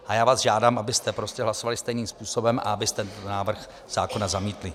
A já vás žádám, abyste hlasovali stejným způsobem a abyste návrh zákona zamítli.